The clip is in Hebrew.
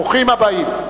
ברוכים הבאים.